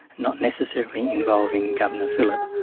not necessarily involving governor phillip,